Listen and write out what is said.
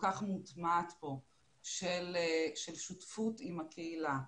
כך מוטמעת פה של שותפות עם הקהילה,